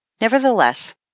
Nevertheless